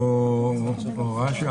או רש"א,